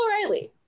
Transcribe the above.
O'Reilly